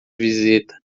visita